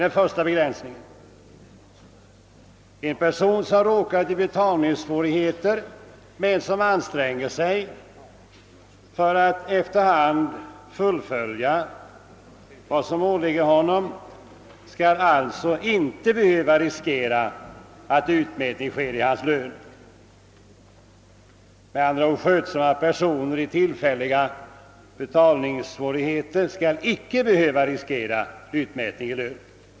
En person som råkat i betalningssvårigheter men anstränger sig att efter hand fullgöra vad som åligger honom skall alltså inte behöva riskera att utmätning sker i hans lön». Med andra ord skall skötsamma personer med tillfälliga betalningssvårigheter inte behöva riskera utmätning i lön.